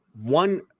one